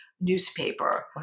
newspaper